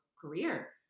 career